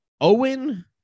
Owen